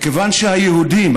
מכיוון שהיהודים,